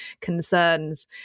concerns